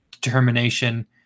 determination